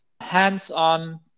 hands-on